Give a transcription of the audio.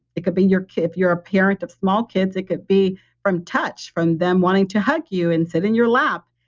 it could be your kid. if you're a parent of small kids, it could be from touch from them wanting to hug you and sit in your lap.